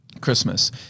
Christmas